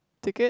ticket